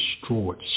destroyed